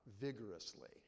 vigorously